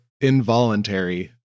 Involuntary